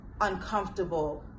uncomfortable